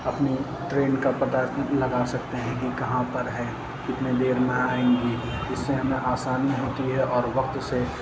اپنی ٹرین کا پتا بھی لگا سکتے ہیں کہ کہاں پر ہے کتنے دیر میں آئیں گی اس سے ہمیں آسانی ہوتی ہے اور وقت سے